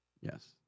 Yes